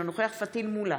אינו נוכח פטין מולא,